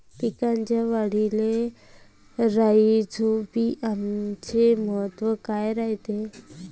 पिकाच्या वाढीले राईझोबीआमचे महत्व काय रायते?